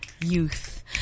youth